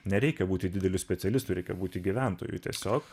nereikia būti dideliu specialistu reikia būti gyventoju tiesiog